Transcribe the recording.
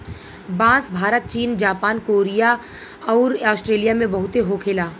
बांस भारत चीन Japan Korea अउर आस्ट्रेलिया में बहुते होखे ला